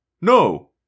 No